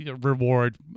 reward